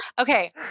Okay